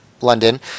london